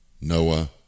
Noah